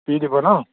free দিব ন